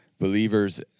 Believers